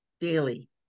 daily